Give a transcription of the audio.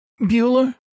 Bueller